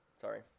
Sorry